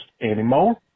anymore